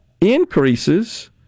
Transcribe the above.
increases